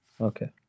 Okay